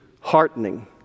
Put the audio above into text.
heartening